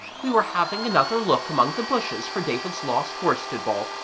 we were having another look among the bushes for david's lost worsted ball,